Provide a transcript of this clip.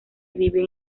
viven